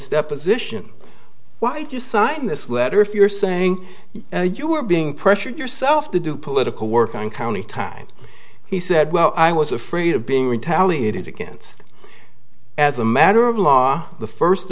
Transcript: deposition why did you sign this letter if you're saying you were being pressured yourself to do political work on county time he said well i was afraid of being retaliated against as a matter of law the first